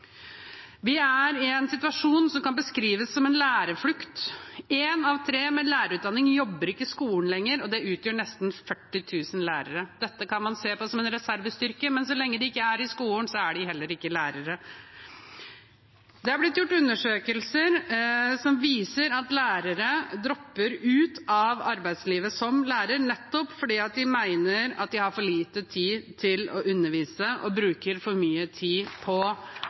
Vi er i en situasjon som kan beskrives som en lærerflukt. Én av tre med lærerutdanning jobber ikke i skolen lenger, og det utgjør nesten 40 000 lærere. Dette kan man se på som en reservestyrke, men så lenge de ikke er i skolen, er de heller ikke lærere. Det har blitt gjort undersøkelser som viser at lærere dropper ut av arbeidslivet som lærer fordi de mener at de har for lite tid til å undervise og bruker for mye tid på